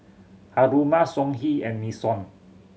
Haruma Songhe and Nixon